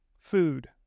food